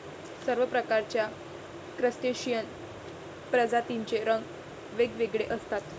सर्व प्रकारच्या क्रस्टेशियन प्रजातींचे रंग वेगवेगळे असतात